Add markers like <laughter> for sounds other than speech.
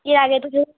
এর আগে তো <unintelligible>